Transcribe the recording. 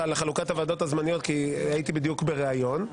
לחלוקת הוועדות הזמניות כי הייתי בדיוק בראיון,